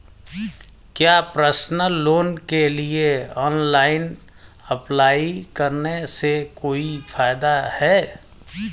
क्या personal loan के लिए ऑनलाइन अप्लाई करने से कोई फायदा है?